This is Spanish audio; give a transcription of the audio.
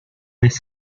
vez